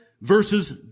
versus